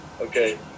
Okay